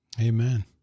Amen